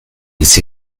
hitz